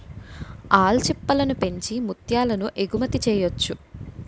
ఆల్చిప్పలను పెంచి ముత్యాలను ఎగుమతి చెయ్యొచ్చు